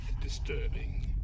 disturbing